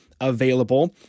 available